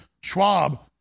Schwab